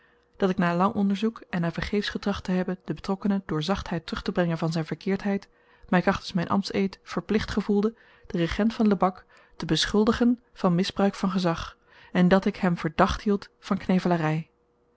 dat ik na lang onderzoek en na vergeefs getracht te hebben den betrokkene door zachtheid terugtebrengen van zyn verkeerdheid my krachtens myn ambtseed verplicht gevoelde den regent van lebak te beschuldigen van misbruik van gezag en dat ik hem verdacht hield van